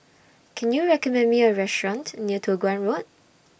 Can YOU recommend Me A Restaurant near Toh Guan Road